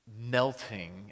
melting